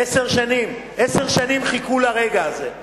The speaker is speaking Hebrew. עשר שנים חיכו לרגע הזה.